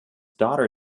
daughter